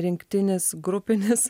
rinktinis grupinis